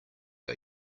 are